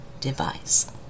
device